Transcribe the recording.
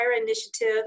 initiative